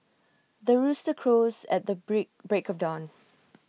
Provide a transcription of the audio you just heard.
the rooster crows at the break break of dawn